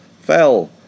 fell